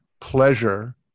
pleasure